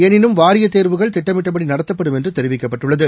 எளினும் வாரியத் தேர்வுகள் திட்டமிட்டபடி நடத்தப்படும் என்று தெரிவிக்கப்பட்டுள்ளது